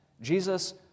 Jesus